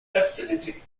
acidity